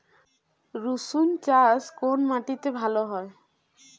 রুসুন চাষ কোন মাটিতে ভালো হয়?